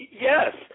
yes